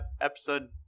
episode